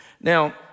Now